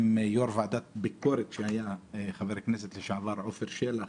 עם יו"ר ביקורת שהיה, חבר הכנסת לשעבר עפר שלח,